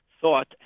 thought